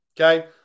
Okay